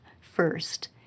first